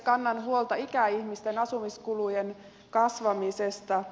kannan huolta ikäihmisten asumiskulujen kasvamisesta